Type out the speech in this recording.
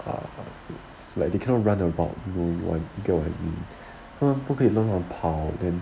uh like they cannot run about you know right you get what I mean 他们不可以乱乱跑 and